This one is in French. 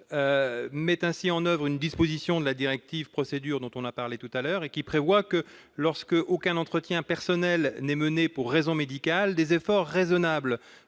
met ainsi en oeuvre une disposition de la directive Procédures, que nous avons déjà évoquée, laquelle prévoit que, lorsqu'aucun entretien personnel n'est mené pour raisons médicales, des efforts raisonnables